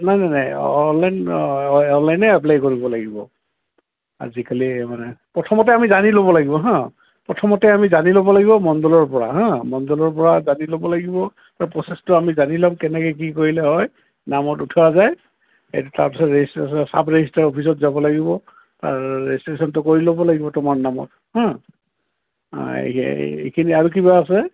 নাই নাই নাই অনলাইন অ অনলাইনে এপ্লাই কৰিব লাগিব আজিকালি মানে প্ৰথমতে আমি জানি ল'ব লাগিব হা প্ৰথমতে আমি জানি ল'ব লাগিব মণ্ডলৰ পৰা হা মণ্ডলৰ পৰা জানি ল'ব লাগিব তাত প্ৰচেছটো আমি জানি ল'ম কেনেকৈ কি কৰিলে হয় নামত উঠোৱা যায় এইটো তাৰপিছত ৰেজিষ্ট্ৰে চাব ৰেজিষ্ট্ৰাৰৰ অফিচত যাব লাগিব তাত ৰেজিষ্ট্ৰেশ্যনটো কৰি ল'ব লাগিব তোমাৰ নামত হা এইখিনি আৰু কিবা আছে